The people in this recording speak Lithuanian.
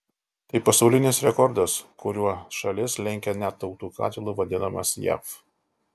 tai pasaulinis rekordas kuriuo šalis lenkia net tautų katilu vadinamas jav